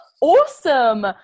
awesome